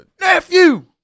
Nephew